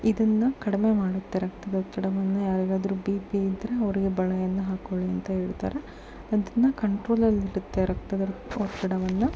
ಇದನ್ನು ಕಡಿಮೆ ಮಾಡುತ್ತೆ ರಕ್ತದೊತ್ತಡವನ್ನು ಯಾರಿಗಾದರು ಬಿ ಪಿ ಇದ್ದರೆ ಅವರಿಗೆ ಬಳೆಯನ್ನು ಹಾಕೊಳ್ಳಿ ಅಂತ ಹೇಳ್ತಾರೆ ಅದನ್ನು ಕಂಟ್ರೋಲಲ್ಲಿ ಇಡುತ್ತೆ ರಕ್ತದ ಒತ್ತಡವನ್ನು